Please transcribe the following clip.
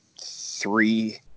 three